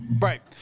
Right